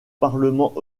parlement